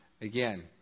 again